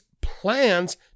plans